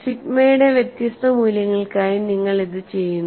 സിഗ്മയുടെ വ്യത്യസ്ത മൂല്യങ്ങൾക്കായി നിങ്ങൾ ഇത് ചെയ്യുന്നു